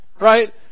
right